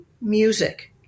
music